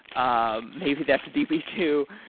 um maybe that's d b two,